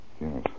Yes